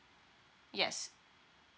yes